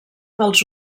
dels